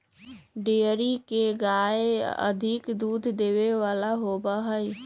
dairy के गायवन अधिक दूध देवे वाला होबा हई